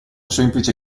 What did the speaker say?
semplice